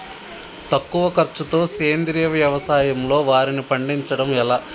తక్కువ ఖర్చుతో సేంద్రీయ వ్యవసాయంలో వారిని పండించడం ఎలా?